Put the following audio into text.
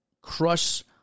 crush